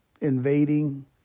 invading